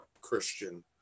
christian